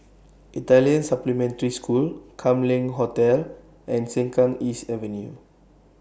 Italian Supplementary School Kam Leng Hotel and Sengkang East Avenue